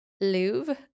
Louvre